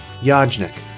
Yajnik